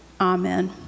Amen